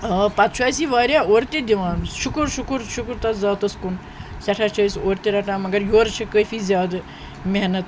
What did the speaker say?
آ پَتہٕ چھُ اسہِ یہِ واریاہ اورٕ تہِ دِوان شکر شکر شکر تَتھ ذاتَس کُن سٮ۪ٹھاہ چھِ أسۍ اورٕ تہِ رَٹان مگر یورٕ چھِ کٲفی زیادٕ محنت